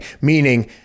meaning